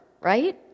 right